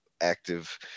active